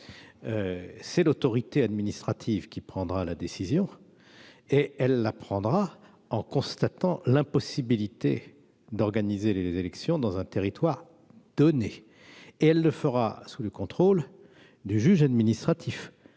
C'est l'autorité administrative qui prendra la décision, en constatant l'impossibilité d'organiser les élections dans un territoire donné. Elle le fera sous le contrôle du juge administratif.